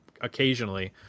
occasionally